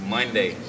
Monday